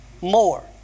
more